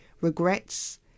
regrets